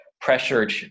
pressured